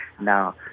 Now